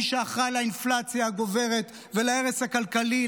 מי שאחראי לאינפלציה הגוברת ולהרס הכלכלי,